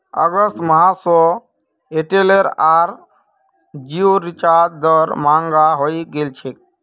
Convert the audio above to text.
अगस्त माह स एयरटेल आर जिओर रिचार्ज दर महंगा हइ गेल छेक